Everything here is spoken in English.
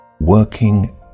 working